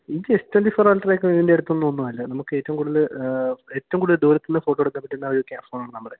ഈ S twenty four അൾട്രയൊക്കെ ഇതിൻ്റെ അടുത്തൊന്നും ഒന്നുമല്ല നമുക്ക് ഏറ്റവും കൂടുതല് ഏറ്റവും കൂടുതൽ ദൂരത്തുനിന്ന് ഫോട്ടോ എടുക്കാൻ പറ്റുന്ന ഒരു ക്ലിയർ ഫോണാണ് നമ്മുടേത്